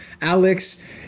Alex